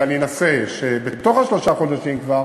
ואני אנסה שבתוך שלושת החודשים כבר